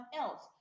else